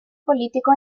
político